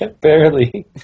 Barely